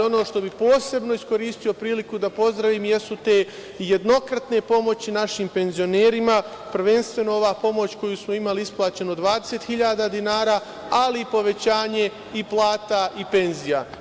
Ono što bih posebno iskoristio priliku da pozdravim, jesu te jednokratne pomoći našim penzionerima, prvenstveno ova pomoć koju smo imali isplaćeno od 20 hiljada dinara, ali i povećanje plata i penzija.